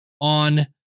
on